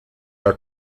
are